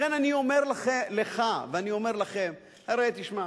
לכן, אני אומר לך, ואני אומר לכם, הרי תשמע,